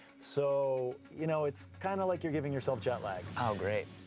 so, you know, it's kind of like you're giving yourself jet lag. oh, great.